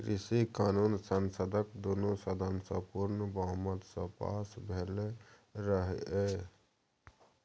कृषि कानुन संसदक दुनु सदन सँ पुर्ण बहुमत सँ पास भेलै रहय